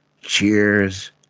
Cheers